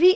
V